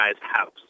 house